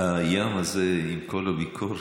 הים הזה, עם כל הביקורת,